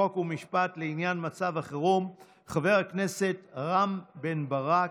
חוק ומשפט לעניין מצב חירום חבר הכנסת רם בן ברק,